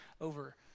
over